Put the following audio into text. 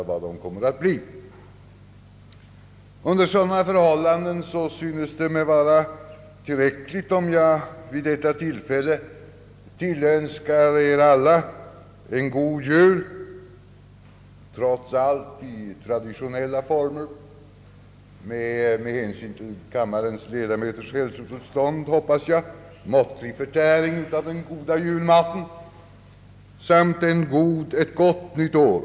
Under sådana förhållanden synes det mig tillräckligt om jag vid detta tillfälle tillönskar er alla en god jul, trots allt i traditionella former med en, hoppas jag, med hänsyn till kammarens ledamöters hälsotillstånd måttlig förtäring av den goda julmaten, samt ett gott nytt år.